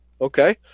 Okay